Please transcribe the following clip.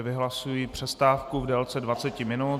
Vyhlašuji přestávku v délce dvaceti minut.